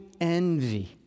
envy